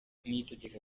niyitegeka